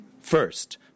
first